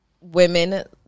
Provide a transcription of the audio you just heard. women